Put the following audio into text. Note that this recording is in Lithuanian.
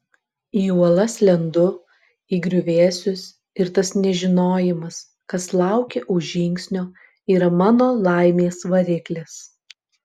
į uolas lendu į griuvėsius ir tas nežinojimas kas laukia už žingsnio yra mano laimės variklis